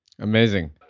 Amazing